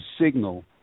signal